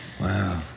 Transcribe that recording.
Wow